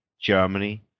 Germany